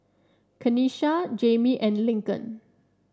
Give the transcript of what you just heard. Kanesha Jamie and Lincoln